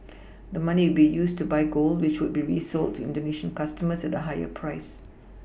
the money would be used to buy gold which would be resold to indonesian customers at a higher price